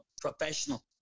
professional